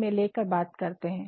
है